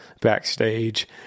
backstage